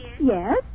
Yes